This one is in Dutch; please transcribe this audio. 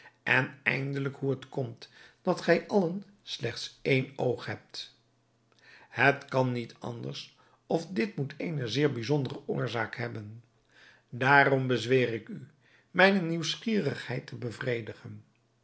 en eindelijk hoe het komt dat gij allen slechts één oog hebt het kan niet anders of dit moet eene zeer bijzondere oorzaak hebben daarom bezweer ik u mijne nieuwsgierigheid te bevredigen